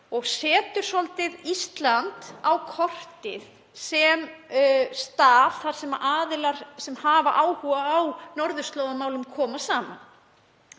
og hún setur Ísland á kortið sem stað þar sem aðilar sem hafa áhuga á norðurslóðamálum koma saman.